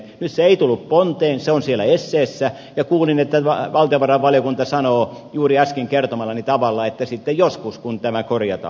nyt se ei tullut ponteen se on siellä esseessä ja kuulin että valtiovarainvaliokunta sanoo juuri äsken kertomallani tavalla että sitten joskus kun tämä korjataan